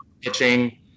pitching